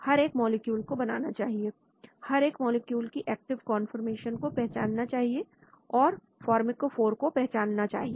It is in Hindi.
हर एक मॉलिक्यूल को बनाना चाहिए हर एक मॉलिक्यूल की एक्टिव कंफर्मेशन को पहचानना चाहिए और फॉर्मकोफॉर को पहचानना चाहिए